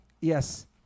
Yes